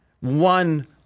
One